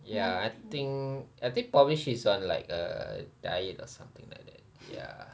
ya I think I think probably she's on like a diet or something like that ya